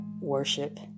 worship